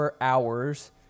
hours